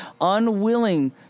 unwilling